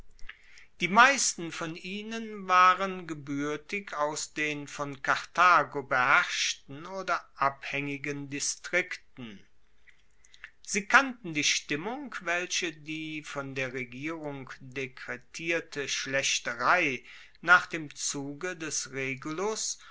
die meisten von ihnen waren gebuertig aus den von karthago beherrschten oder abhaengigen distrikten sie kannten die stimmung welche die von der regierung dekretierte schlaechterei nach dem zuge des regulus